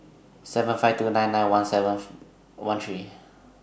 seven five two nine nine one four seven one three